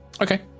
okay